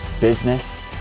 business